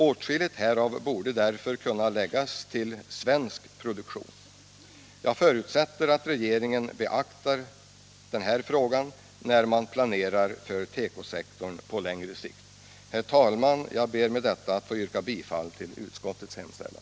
Åtskilligt härav borde därför kunna läggas till svensk produktion. Jag förutsätter att regeringen beaktar den här frågan när man planerar för tekosektorn på längre sikt. Herr talman! Jag ber med detta att få yrka bifall till utskottets hemställan.